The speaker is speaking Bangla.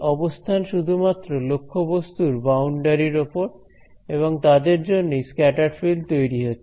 অবস্থান শুধুমাত্র লক্ষ্যবস্তুর বাউন্ডারির ওপর এবং তাদের জন্যই স্ক্যাটার্ড ফিল্ড তৈরি হচ্ছে